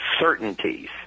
certainties